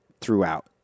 throughout